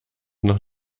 noch